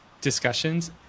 discussions